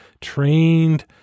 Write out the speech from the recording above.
trained